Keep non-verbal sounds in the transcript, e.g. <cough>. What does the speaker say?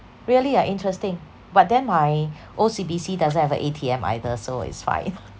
really ah interesting but then my O_C_B_C doesn't have a A_T_M either so it's fine <laughs>